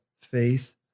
faith